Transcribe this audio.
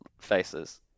faces